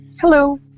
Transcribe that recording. Hello